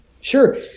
Sure